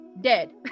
dead